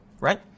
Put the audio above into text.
Right